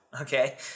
Okay